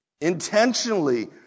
intentionally